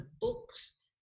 books